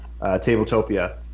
Tabletopia